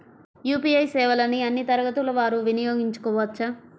UPI సేవలని అన్నీ తరగతుల వారు వినయోగించుకోవచ్చా?